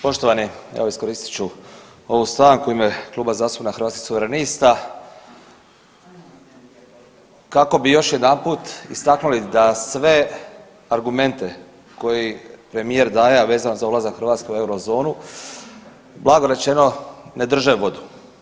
Poštovani, evo iskoristit ću ovu stanku u ime Kluba zastupnika Hrvatskih suverenista kako bi još jedanput istaknuli da sve argumente koje premijer daje, a vezano za ulazak Hrvatske u eurozonu blago rečeno ne drže vodu.